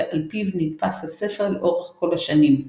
ועל פיו נדפס הספר לאורך כל השנים.